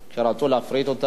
שרצו להפריט אותה,